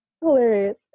Hilarious